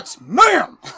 ma'am